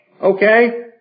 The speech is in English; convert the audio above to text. Okay